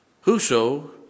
Whoso